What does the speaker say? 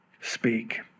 speak